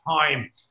time